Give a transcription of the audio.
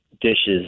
dishes